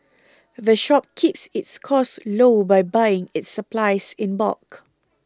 the shop keeps its costs low by buying its supplies in bulk